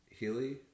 Healy